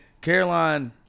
Caroline